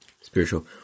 Spiritual